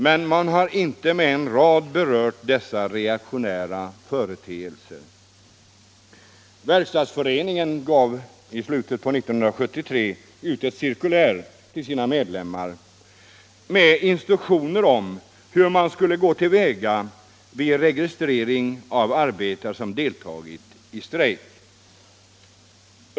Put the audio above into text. Men man har inte med en rad berört dessa reaktionära företeelser. Verkstadsföreningen gav i slutet av 1973 ut ett cirkulär till sina medlemmar med instruktioner om hur man skulle gå till väga vid registrering av arbetare som deltagit i strejk.